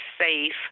safe